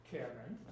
Karen